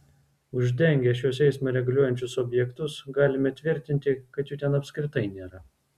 uždengę šiuos eismą reguliuojančius objektus galime tvirtinti kad jų ten apskritai nėra